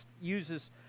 uses